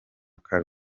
car